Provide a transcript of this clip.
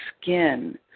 skin